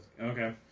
Okay